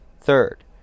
Third